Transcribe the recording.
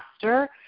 faster